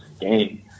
game